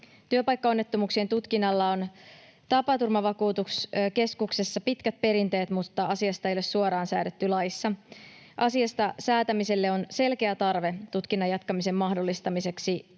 Työpaikkaonnettomuuksien tutkinnalla on Tapaturmavakuutuskeskuksessa pitkät perinteet, mutta asiasta ei ole suoraan säädetty laissa. Asiasta säätämiselle on selkeä tarve tutkinnan jatkamisen mahdollistamiseksi